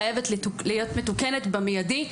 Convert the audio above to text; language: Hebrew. חייבת להיות מתוקנת במיידי.